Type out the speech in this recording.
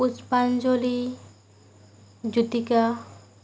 Pushpanjali Jyotika